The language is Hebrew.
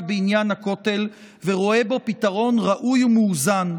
בעניין הכותל ורואה בו פתרון ראוי ומאוזן,